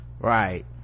right